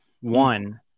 One